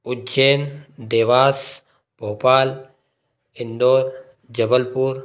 Ujjain Dewas Bhopal Indore Jabalpur